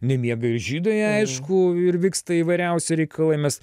nemiega ir žydai aišku ir vyksta įvairiausi reikalai mes